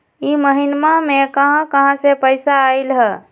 इह महिनमा मे कहा कहा से पैसा आईल ह?